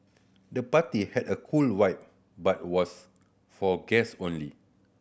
the party had a cool vibe but was for guest only